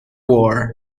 war